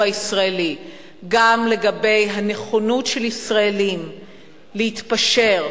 הישראלי גם לגבי הנכונות של ישראלים להתפשר,